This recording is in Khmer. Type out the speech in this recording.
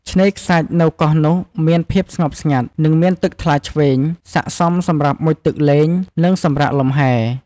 ឆ្នេរខ្សាច់នៅកោះនោះមានភាពស្ងប់ស្ងាត់ និងមានទឹកថ្លាឈ្វេង ស័ក្តិសមសម្រាប់មុជទឹកលេង និងសម្រាកលំហែ។